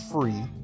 free